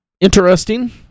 interesting